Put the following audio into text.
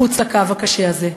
מחוץ לקו הקשה הזה.